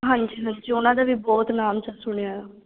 ਹਾਂਜੀ ਹਾਂਜੀ ਉਹਨਾਂ ਦਾ ਵੀ ਬਹੁਤ ਨਾਮ ਸ ਸੁਣਿਆ